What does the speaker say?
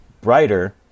brighter